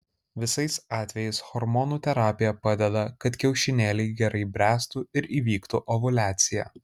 visais atvejais hormonų terapija padeda kad kiaušinėliai gerai bręstų ir įvyktų ovuliacija